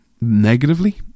negatively